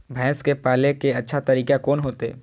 भैंस के पाले के अच्छा तरीका कोन होते?